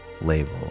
label